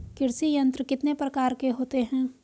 कृषि यंत्र कितने प्रकार के होते हैं?